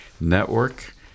Network